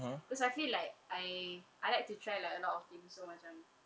because I feel like I I like to try like a lot of things so macam